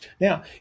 Now